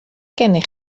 gennych